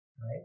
right